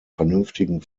vernünftigen